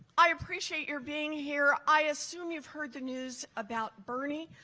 i appreciate your being here, i assume you've heard the news about bernie,